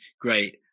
great